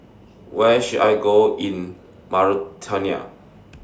Where should I Go in Mauritania